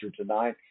tonight